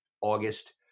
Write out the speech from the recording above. August